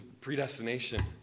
predestination